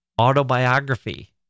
autobiography